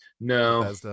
No